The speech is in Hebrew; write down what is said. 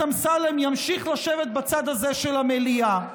אמסלם ימשיך לשבת בצד הזה של המליאה.